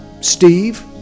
Steve